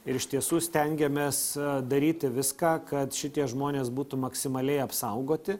ir iš tiesų stengiamės daryti viską kad šitie žmonės būtų maksimaliai apsaugoti